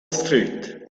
street